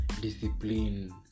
discipline